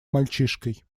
мальчишкой